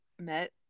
met